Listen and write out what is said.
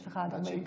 יש לך עד 40 דקות,